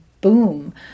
boom